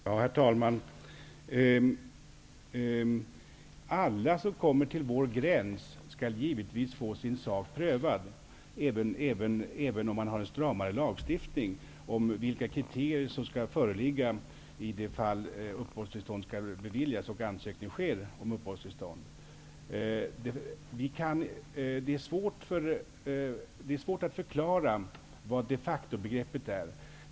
Herr talman! Alla som kommer till vår gräns skall givetvis få sin sak prövad, även om man har en stramare lagstiftning när det gäller vilka krite rier som skall föreligga i de fall där ansökan sker om uppehållstillstånd och sådant skall beviljas. Det är svårt att förklara de facto-begreppets in nebörd.